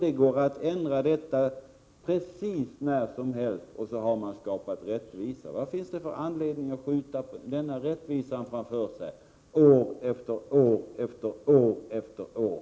Det går att ändra detta precis när som helst, och så har man skapat rättvisa. Vad finns det för anledning att skjuta denna rättvisa framför sig år efter år efter år?